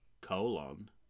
colon